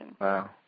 Wow